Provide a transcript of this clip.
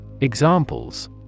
Examples